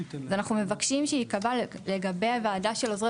אז אנחנו מבקשים שייקבע לגבי הוועדה של עוזרי